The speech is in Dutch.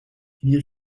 hier